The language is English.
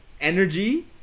energy